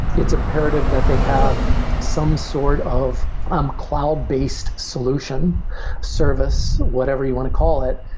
it's imperative that they have some sort of um cloud-based solution service, whatever you want to call it,